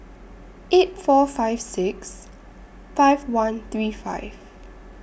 eight four five six five one three five